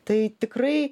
tai tikrai